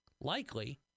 likely